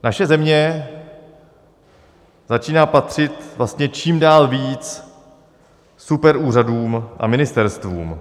Naše země začíná patřit vlastně čím dál víc superúřadům a ministerstvům.